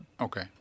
okay